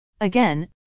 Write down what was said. Again